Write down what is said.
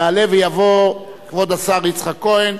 יעלה ויבוא כבוד השר יצחק כהן.